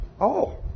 oh